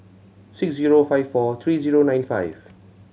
six zero five four three zero nine five